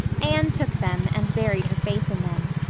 anne took them and buried her face in them.